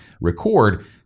record